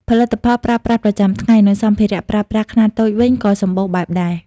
ផលិតផលប្រើប្រាស់ប្រចាំថ្ងៃ និងសម្ភារៈប្រើប្រាស់ខ្នាតតូចវិញក៏សម្បូរបែបដែរ ។